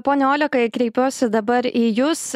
pone olekai kreipiuosi dabar į jus